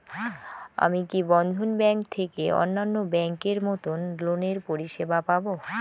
আমি কি বন্ধন ব্যাংক থেকে অন্যান্য ব্যাংক এর মতন লোনের পরিসেবা পাব?